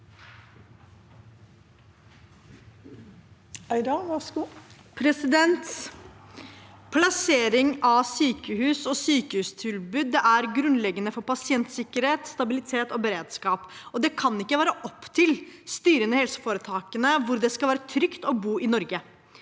Plassering av sykehus og sykehustilbud er grunnleggende for pasientsikkerhet, stabilitet og beredskap, og det kan ikke være opp til styrene i helseforetakene hvor det skal være trygt å bo i Norge.